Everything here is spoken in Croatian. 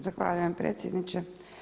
Zahvaljujem predsjedniče.